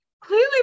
clearly